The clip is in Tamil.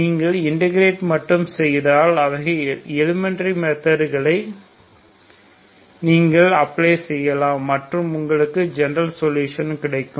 நீங்கள் இன்டகிரேட் மட்டும் செய்தால் அவைகள் எலிமெண்டரி மெத்தட்களை நீங்கள் அப்ளை செய்யலாம் மற்றும் உங்களுக்கு ஜெனரல் சொலுஷன் கிடைக்கும்